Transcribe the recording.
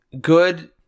good